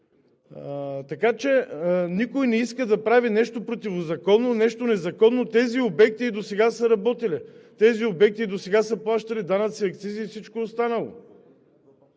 Така че никой не иска да прави нещо противозаконно, нещо незаконно. Тези обекти и досега са работили, тези обекти и досега са плащали данъци, акцизи и всичко останало.